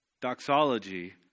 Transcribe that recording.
doxology